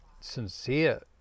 sincere